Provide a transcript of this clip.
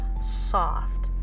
soft